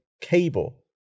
cable